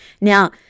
now